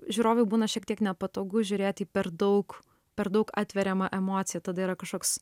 žiūrovui būna šiek tiek nepatogu žiūrėti į per daug per daug atveriamą emociją tada yra kažkoks